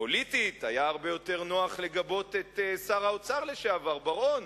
פוליטית היה הרבה יותר נוח לגבות את שר האוצר לשעבר בר-און,